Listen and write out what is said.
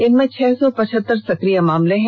इनमें छह सौ पचहत्तर सक्रिय मामले हैं